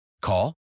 Call